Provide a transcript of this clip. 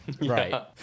Right